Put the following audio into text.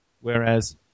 Whereas